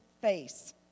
face